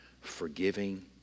forgiving